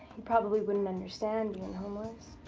probably wouldn't understand, being homeless.